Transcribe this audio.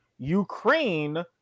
Ukraine